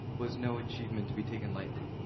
was no achievement to be taken lightly.